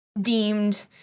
deemed